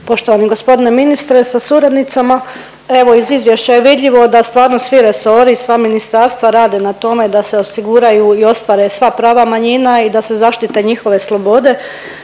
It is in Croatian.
Poštovani g. ministre sa suradnicama. Evo i iz izvješća je vidljivo da stvarno svi resori i sva ministarstva rate na tome da se osiguraju i ostvare sva prava manjina i da se zaštite njihove slobode.